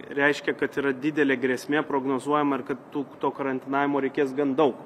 reiškia kad yra didelė grėsmė prognozuojama kad ir kad tų to karantinavimo reikės gan daug